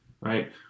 right